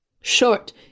short